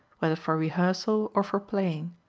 whether for rehearsal or for playing.